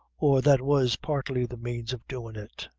or that was partly the means of doin' it.